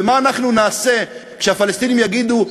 ומה אנחנו נעשה כשהפלסטינים יגידו,